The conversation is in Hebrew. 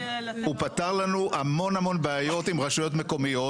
הוא פתר לנו המון המון בעיות עם רשויות מקומיות.